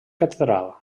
catedral